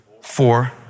four